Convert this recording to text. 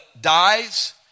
dies